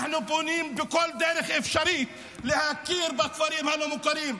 אנחנו פונים בכל דרך אפשרית להכיר בכפרים הלא-מוכרים.